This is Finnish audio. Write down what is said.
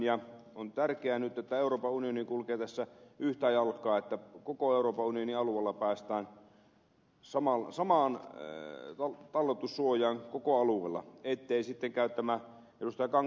nyt on tärkeää että euroopan unioni kulkee tässä yhtä jalkaa niin että koko euroopan unionin alueella päästään samaan talletussuojaan ettei sitten toteudu tämä ed